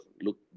look